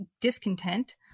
discontent